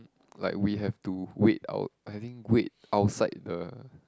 like we had to wait out I think wait outside the